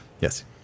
Yes